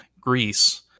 Greece